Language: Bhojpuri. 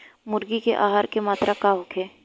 मुर्गी के आहार के मात्रा का होखे?